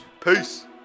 Peace